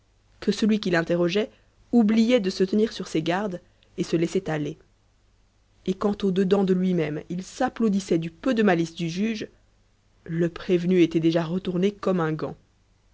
que celui qu'il interrogeait oubliait de se tenir sur ses gardes et se laissait aller et quand au-dedans de lui-même il s'applaudissait du peu de malice du juge le prévenu était déjà retourné comme un gant